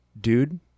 dude